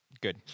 good